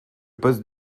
poste